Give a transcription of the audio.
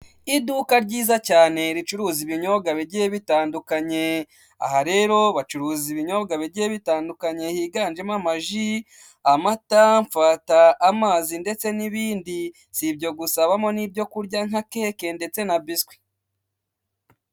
Iduka ryiza cyane ricuruza ibinyobwa bigiye bitandukanye, aha rero bacuruza ibinyobwa bigiye bitandukanye higanjemo amaji, amata, fanta, amazi ndetse n'ibindi, si ibyo gusa habamo n'ibyo kurya nka keke ndetse na biswi.